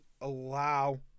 allow